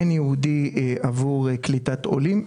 אין מסלול ייעודי עבור קליטת עולים,